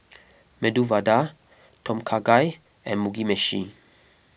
Medu Vada Tom Kha Gai and Mugi Meshi